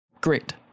great